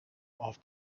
off